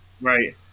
right